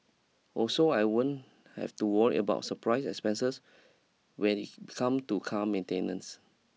also I won't have to worry about surprise expenses when it come to car maintenance